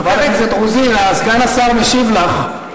חברת הכנסת רוזין, סגן השר משיב לך.